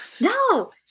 No